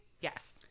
Yes